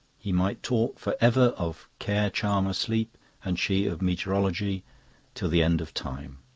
he might talk for ever of care-charmer sleep and she of meteorology till the end of time.